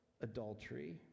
adultery